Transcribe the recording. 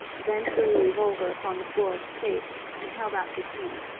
then threw the revolver upon the floor of the cave and held out his hands.